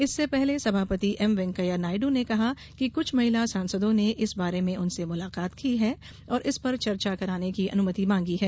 इससे पहले सभापति एमवेंकैया नायड् ने कहा कि कुछ महिला सांसदों ने इस बारे में उनसे मुलाकात की है और इस पर चर्चा कराने की अनुमति मांगी है